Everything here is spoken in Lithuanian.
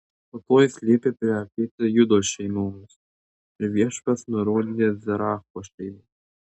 po to jis liepė priartėti judo šeimoms ir viešpats nurodė zeracho šeimą